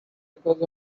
because